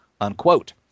unquote